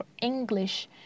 english